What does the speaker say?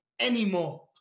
anymore